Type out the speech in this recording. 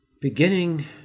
Beginning